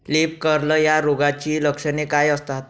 Leaf curl या रोगाची लक्षणे काय असतात?